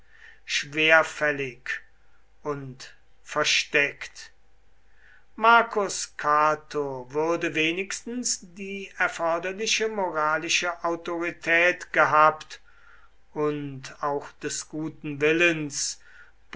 schwerfällig und versteckt marcus cato würde wenigstens die erforderliche moralische autorität gehabt und auch des guten willens